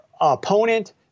opponent